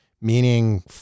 meaning